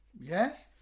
Yes